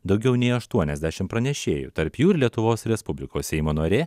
daugiau nei aštuoniasdešimt pranešėjų tarp jų ir lietuvos respublikos seimo narė